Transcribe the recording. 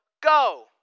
Go